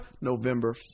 November